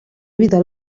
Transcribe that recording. vida